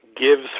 gives